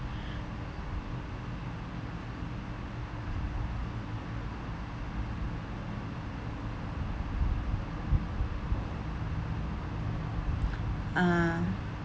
ah